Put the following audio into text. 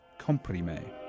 comprime